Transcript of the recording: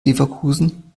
leverkusen